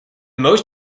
most